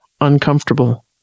uncomfortable